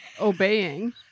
obeying